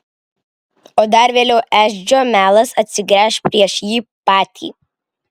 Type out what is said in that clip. o dar vėliau edžio melas atsigręš prieš jį patį